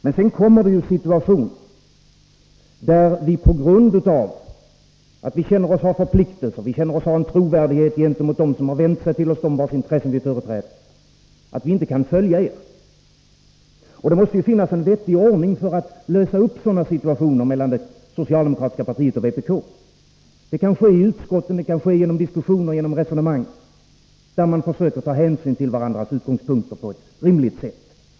Men sedan kommer det situationer där vi — på grund av att vi känner oss ha förpliktelser, där vi anser att vi måste visa trovärdighet gentemot dem som har vänt sig till oss och vilkas intressen vi företräder — inte kan följa er. Det måste finnas en vettig ordning för att lösa upp sådana situationer mellan det socialdemokratiska partiet och vpk. Det kan ske i utskotten, det kan ske genom diskussioner och resonemang, där man försöker ta hänsyn till varandras utgångspunkter på ett rimligt sätt.